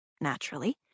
naturally